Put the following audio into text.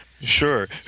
Sure